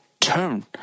turn